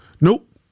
Nope